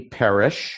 perish